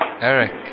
Eric